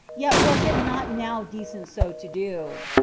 yet was it not now decent so to do.